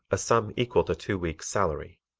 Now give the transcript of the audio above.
a sum equal to two weeks' salary.